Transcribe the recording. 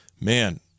man